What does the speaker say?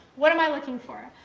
what am i looking for?